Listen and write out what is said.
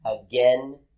again